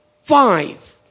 Five